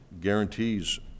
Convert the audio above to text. guarantees